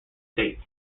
states